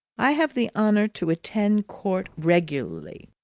i have the honour to attend court regularly.